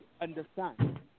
understand